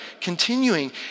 continuing